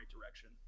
direction